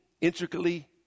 intricately